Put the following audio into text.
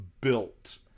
built